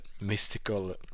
mystical